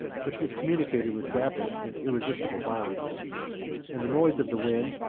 which was communicated with rapid and irresistible violence and the noise of the wind,